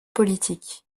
politique